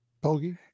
Bogey